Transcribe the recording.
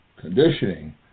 conditioning